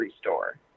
store